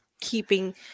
keeping